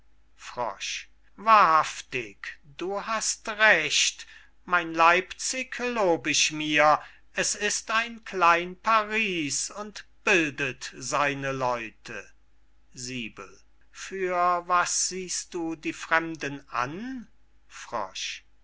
wahrhaftig du hast recht mein leipzig lob ich mir es ist ein klein paris und bildet seine leute für was siehst du die fremden an